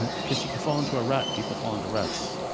because you could fall into a rut. people fall into ruts.